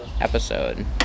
episode